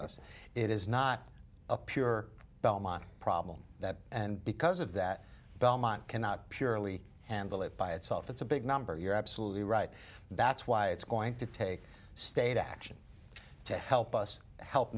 it is not a pure belmont problem that and because of that belmont cannot purely handle it by itself it's a big number you're absolutely right that's why it's going to take state action to help us help